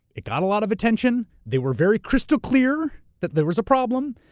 it got a lot of attention, they were very crystal clear that there was a problem,